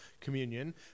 communion